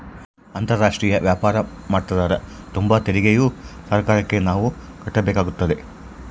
ಅಂತಾರಾಷ್ಟ್ರೀಯ ವ್ಯಾಪಾರ ಮಾಡ್ತದರ ತುಂಬ ತೆರಿಗೆಯು ಸರ್ಕಾರಕ್ಕೆ ನಾವು ಕಟ್ಟಬೇಕಾಗುತ್ತದೆ